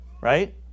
Right